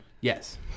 Yes